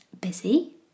busy